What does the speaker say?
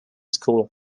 school